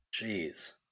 Jeez